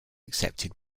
accepted